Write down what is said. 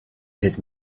his